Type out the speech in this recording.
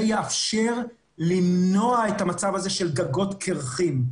זה יאפשר למנוע את המצב הזה של גגות קירחים.